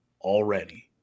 already